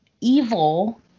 evil